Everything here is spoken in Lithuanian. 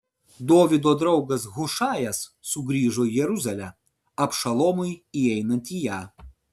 dovydo draugas hušajas sugrįžo į jeruzalę abšalomui įeinant į ją